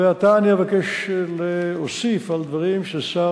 ועתה אני אבקש להוסיף דברים ששר